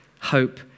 hope